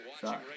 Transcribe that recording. Sorry